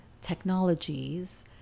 technologies